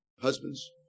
husbands